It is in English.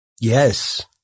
yes